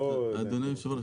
אדוני היושב ראש,